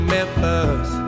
Memphis